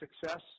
success